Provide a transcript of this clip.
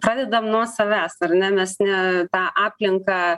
pradedam nuo savęs ar ne nes ne tą aplinką